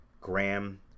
Graham